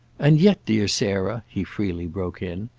and yet, dear sarah, he freely broke in,